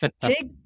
Take